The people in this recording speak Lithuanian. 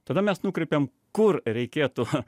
tada mes nukreipiam kur reikėtų